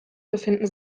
befinden